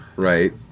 Right